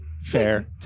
Fair